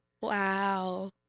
Wow